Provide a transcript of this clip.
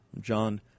John